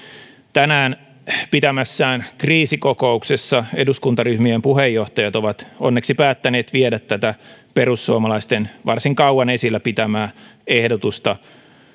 tänään pitämässään kriisikokouksessa eduskuntaryhmien puheenjohtajat ovat onneksi päättäneet viedä tätä perussuomalaisten varsin kauan esillä pitämää ehdotusta